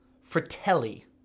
Fratelli